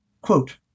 Quote